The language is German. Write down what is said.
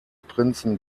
prinzen